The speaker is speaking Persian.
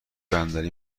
بندری